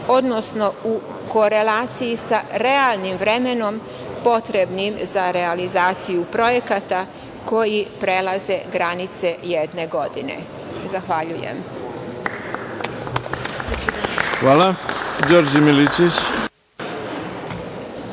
odnosno u korelaciji sa realnim vremenom potrebnim za realizaciju projekata koji prelaze granice jedne godine? Zahvaljujem. **Ivica Dačić**